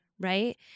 right